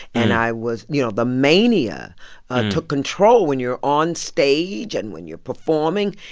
and i was, you know, the mania ah took control. when you're on stage and when you're performing,